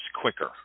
quicker